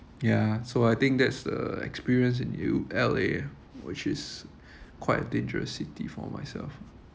ya so I think that's the experience in U L_A which is quite a dangerous city for myself